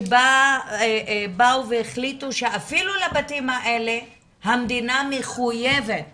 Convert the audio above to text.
שבאו והחליטו, שאפילו לבתים האלה המדינה מחויבת